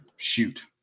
Shoot